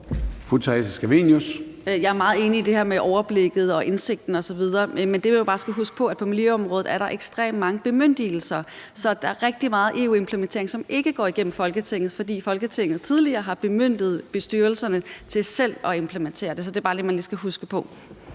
Jeg er meget enig i det her med overblikket og indsigten osv., men det, vi jo bare skal huske på, er, at der på miljøområdet er ekstremt mange bemyndigelser, så der er rigtig meget EU-implementering, som ikke går igennem Folketinget, fordi Folketinget tidligere har bemyndiget styrelserne til selv at implementere det. Så det skal man bare lige huske på.